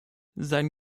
sein